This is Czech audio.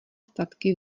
statky